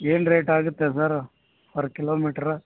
ಏನು ರೇಟ್ ಆಗುತ್ತೆ sir per kilometre